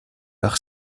par